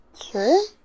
Sure